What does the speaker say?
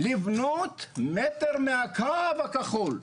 לבנות מטר מהקו הכחול,